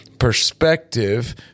perspective